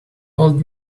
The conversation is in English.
old